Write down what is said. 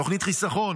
תוכנית חיסכון,